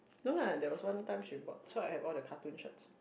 no lah there was one time she bought so I have all the cartoon shorts